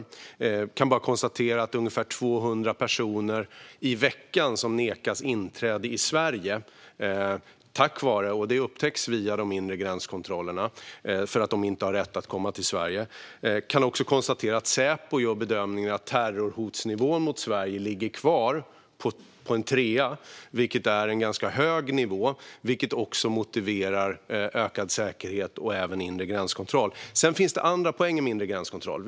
Jag kan bara konstatera att ungefär 200 personer i veckan nekas inträde i Sverige för att de inte har rätt att komma hit, och det upptäcks tack vare de inre gränskontrollerna. Jag kan också konstatera att Säpo gör bedömningen att terrorhotnivån mot Sverige ligger kvar på en trea, vilket är en ganska hög nivå som motiverar ökad säkerhet och inre gränskontroll. Sedan finns det andra poänger med inre gränskontroll.